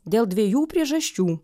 dėl dviejų priežasčių